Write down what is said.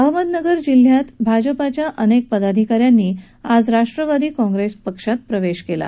अहमदनगर जिल्ह्यात भाजपाच्या अनेक पदाधिकाऱ्यांनी आज राष्ट्रवादी काँग्रेस पक्षात प्रवेश केला